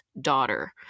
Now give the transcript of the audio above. daughter